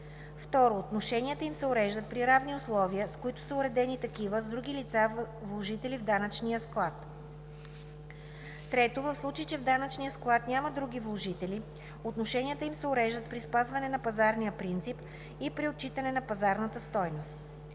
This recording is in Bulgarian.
2. отношенията им се уреждат при равни условия, с които са уредени такива с други лица вложители в данъчния склад; 3. в случай, че в данъчния склад няма други вложители, отношенията им се уреждат при спазване на пазарния принцип и при отчитане на пазарната стойност.